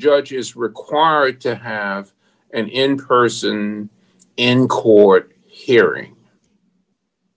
judge is required to have an incursion in court hearing